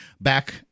back